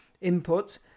input